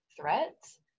threats